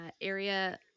area